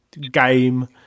Game